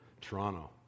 Toronto